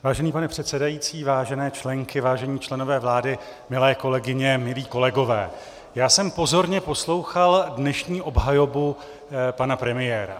Vážený pane předsedající, vážené členky, vážení členové vlády, milé kolegyně, milí kolegové, já jsem pozorně poslouchal dnešní obhajobu pana premiéra.